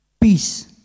peace